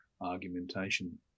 argumentation